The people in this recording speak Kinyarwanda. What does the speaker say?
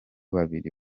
bari